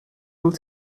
will